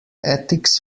ethics